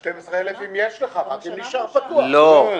אושרו.